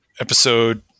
episode